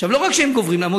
לא רק שהם גובים,